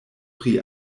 pri